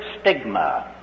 stigma